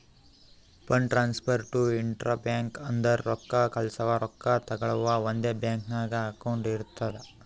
fund transfer to intra bank ಅಂದುರ್ ರೊಕ್ಕಾ ಕಳ್ಸವಾ ರೊಕ್ಕಾ ತಗೊಳವ್ ಒಂದೇ ಬ್ಯಾಂಕ್ ನಾಗ್ ಅಕೌಂಟ್ ಇರ್ತುದ್